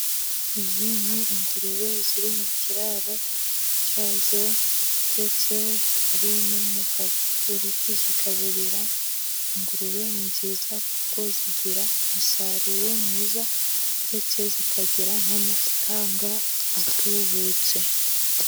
Izi ni ingurube ziri mu kiraro cyazo, ndetse hari n'umugabo uri kuzigaburira, ingurube ni nziza kuko zigira umusaruro mwiza, ndetse zikagira n'amafaranga atubutse.